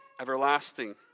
everlasting